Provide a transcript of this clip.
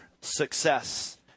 success